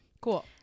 Cool